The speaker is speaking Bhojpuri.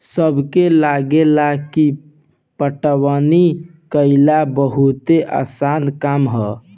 सबके लागेला की पटवनी कइल बहुते आसान काम ह